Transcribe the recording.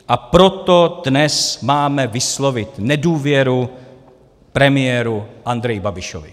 A proto dnes máme vyslovit nedůvěru premiéru Andreji Babišovi.